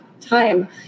time